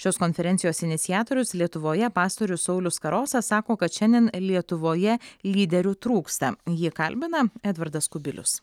šios konferencijos iniciatorius lietuvoje pastorius saulius karosas sako kad šiandien lietuvoje lyderių trūksta jį kalbina edvardas kubilius